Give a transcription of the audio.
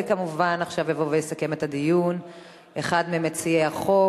כמובן עכשיו יבוא ויסכם את הדיון אחד ממציעי החוק,